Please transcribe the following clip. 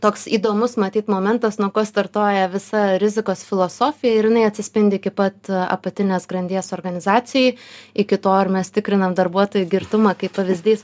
toks įdomus matyt momentas nuo ko startuoja visa rizikos filosofija ir jinai atsispindi iki pat apatinės grandies organizacijai iki to ir mes tikrinam darbuotojų girtumą kaip pavyzdys